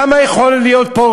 כמה רשע יכול להיות פה?